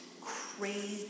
crazy